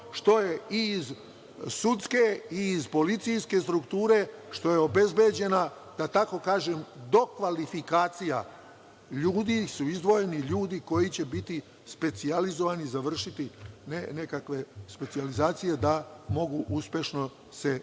što je i iz sudske i iz policijske strukture obezbeđena, da tako kažem, dokvalifikacija ljudi. Izdvojeni su ljudi koji će biti specijalizovani, završiti nekakve specijalizacije, da se mogu uspešno boriti